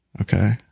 Okay